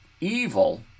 evil